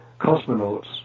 cosmonauts